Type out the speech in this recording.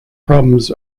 problems